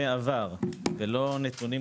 לפה בלי תשובה ולא אהבתי את זה,